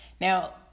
Now